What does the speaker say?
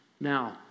Now